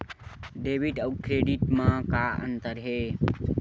Debit अउ credit म का अंतर हे?